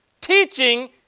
teaching